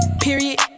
period